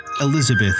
Elizabeth